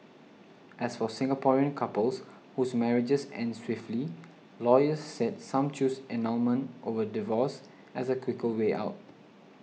as for Singaporean couples whose marriages end swiftly lawyers said some choose annulment over divorce as a quicker way out